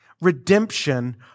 redemption